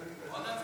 סעיפים 1 15